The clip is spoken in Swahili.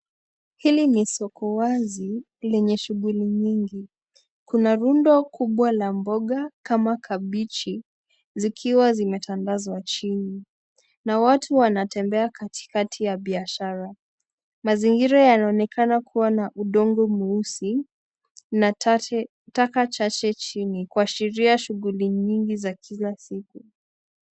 Hili ni soko wazi lenye shughuli mingi. Kuna rundo kubwa la mboga kama kabeji ,zikiwa zimetandazwa chini na watu wanatembea katikati ya biashara. Mazingira ynaonekana kuwa na udongo mweusi na taka chache chini kuashiria shughuli nyingi za kila siku.